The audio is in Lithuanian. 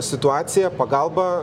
situacija pagalba